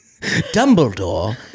Dumbledore